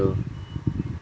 !fuh! oh